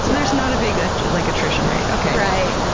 there's not a big ah like attrition rate. okay. right.